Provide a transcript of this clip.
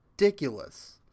ridiculous